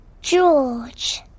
George